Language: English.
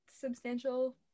substantial